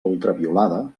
ultraviolada